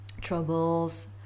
troubles